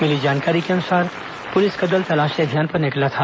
मिली जानकारी के अनुसार पुलिस का दल तलाशी अभियान पर निकला था